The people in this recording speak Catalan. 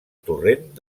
torrent